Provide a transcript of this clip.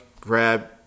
grab